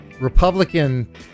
Republican